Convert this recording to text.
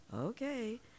okay